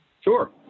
Sure